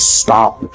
stop